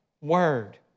word